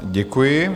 Děkuji.